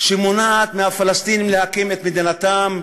ומונעות מהפלסטינים להקים את מדינתם?